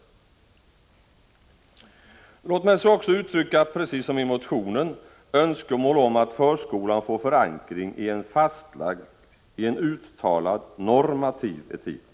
4 december 1985 Låt mig så också uttrycka, precis som i motionen, önskemål om att förskolan får förankring i en fastlagd, i en uttalad normativ etik.